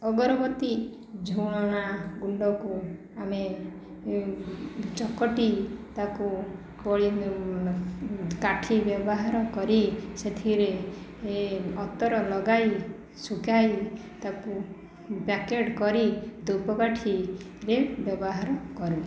ଅଗରବତୀ ଝୁଣା ଗୁଣ୍ଡକୁ ଆମେ ଚକଟି ତାକୁ କାଠି ବ୍ୟବହାର କରି ସେଥିରେ ଅତର ଲଗାଇ ଶୁଖାଇ ତାକୁ ପ୍ୟାକେଟ କରି ଧୂପକାଠିରେ ବ୍ୟବହାର କରୁ